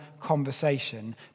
conversation